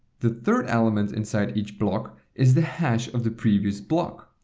the third element inside each block is the hash of the previous block.